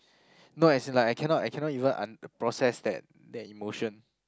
no as in like I cannot I cannot even un~ process that that emotion